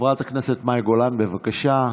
חברת הכנסת מאי גולן, בבקשה.